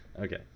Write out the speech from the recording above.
Okay